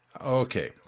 Okay